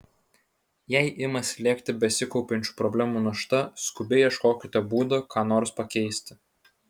jei ima slėgti besikaupiančių problemų našta skubiai ieškokite būdų ką nors pakeisti